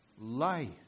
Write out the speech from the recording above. life